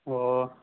ꯑꯣ